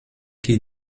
qui